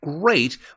great